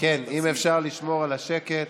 אם אפשר לשמור על השקט,